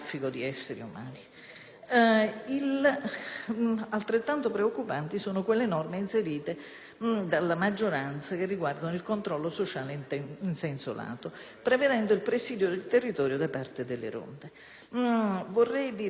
dalla maggioranza che riguardano il controllo sociale in senso lato, prevedendo il presidio del territorio da parte delle ronde. Vorrei dire che in questo caso erroneamente si dice che non ci sono poteri da parte dei privati di intervenire